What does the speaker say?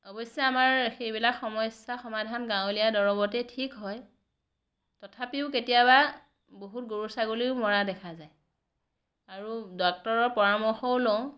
অৱশ্যে আমাৰ সেইবিলাক সমস্যা সমাধান গাঁৱলীয়া দৰৱতে ঠিক হয় তথাপিও কেতিয়াবা বহুত গৰু ছাগলীও মৰা দেখা যায় আৰু ডক্টৰৰ পৰামৰ্শও লওঁ